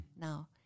Now